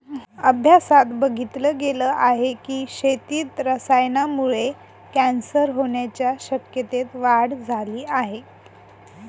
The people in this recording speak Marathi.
अभ्यासात बघितल गेल आहे की, शेतीत रसायनांमुळे कॅन्सर होण्याच्या शक्यतेत वाढ झाली आहे